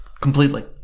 completely